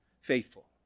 faithful